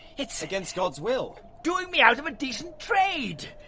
it's, against god's will? doing me out of a decent trade!